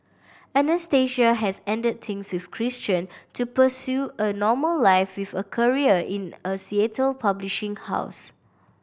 Anastasia has ended things with Christian to pursue a normal life with a career in a Seattle publishing house